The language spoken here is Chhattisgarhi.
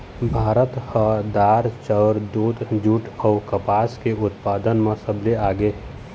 भारत ह दार, चाउर, दूद, जूट अऊ कपास के उत्पादन म सबले आगे हे